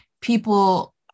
people